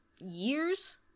years